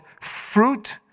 fruit